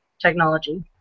technology